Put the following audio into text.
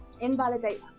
invalidate